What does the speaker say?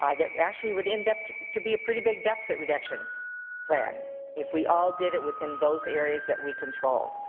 that it actually would end up to to be a pretty big deficit reduction plan if we all did it within those areas that we controlled.